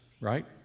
right